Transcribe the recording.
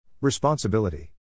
Responsibility